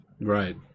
Right